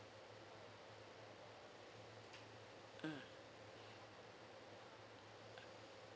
mm